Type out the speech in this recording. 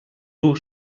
duu